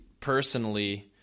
personally